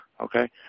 okay